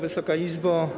Wysoka Izbo!